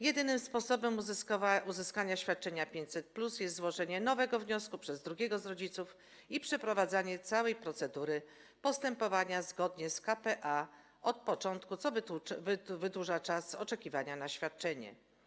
Jedynym sposobem uzyskania świadczenia 500+ jest złożenie nowego wniosku przez drugiego z rodziców i przeprowadzanie całej procedury postępowania zgodnie z k.p.a. od początku, co wydłuża czas oczekiwania na świadczenie.